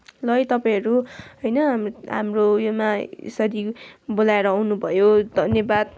ल है तपाईँहरू होइन हाम्रो हाम्रो योमा यसरी बोलाएर आउनुभयो धन्यवाद